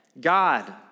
God